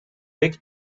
big